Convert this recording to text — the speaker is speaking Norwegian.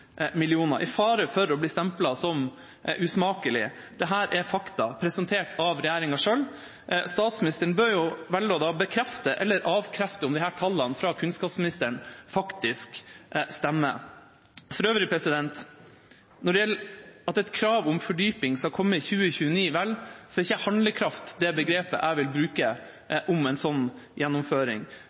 fare for å bli stemplet som usmakelig: Dette er fakta presentert av regjeringa selv. Statsministeren bør jo velge å bekrefte eller avkrefte at disse tallene fra kunnskapsministeren faktisk stemmer. For øvrig: Når det gjelder at et krav om fordyping skal komme i 2029, så er ikke handlekraft det begrepet jeg vil bruke om en sånn gjennomføring.